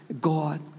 God